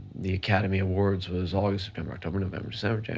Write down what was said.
the academy awards was august, september, october, november, so